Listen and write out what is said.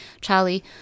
Charlie